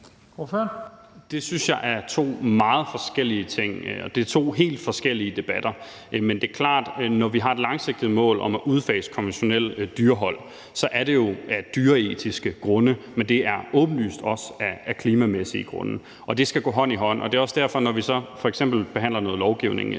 Det synes jeg er to meget forskellige ting, og det er to helt forskellige debatter. Det er jo klart, at det, når vi har et langsigtet mål om at udfase konventionelt dyrehold, så er af dyreetiske grunde, men det er åbenlyst også af klimamæssige grunde, og det skal gå hånd i hånd. Det er også derfor, at vi, når vi så f.eks. behandler et lovforslag